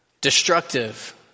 destructive